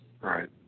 Right